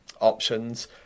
options